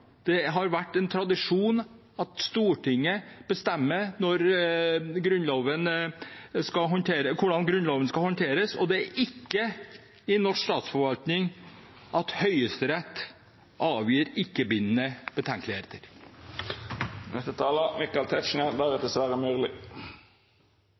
Det har vært tradisjon at Stortinget bestemmer hvordan Grunnloven skal håndteres, og det er ikke i norsk statsforvaltning at Høyesterett avgir ikke-bindende betenkeligheter. Jeg tror ikke